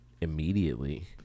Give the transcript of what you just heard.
immediately